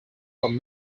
from